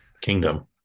kingdom